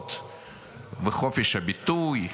מפלגות וחופש ביטוי.